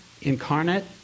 incarnate